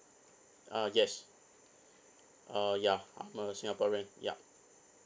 uh yes uh ya I'm a singaporean yup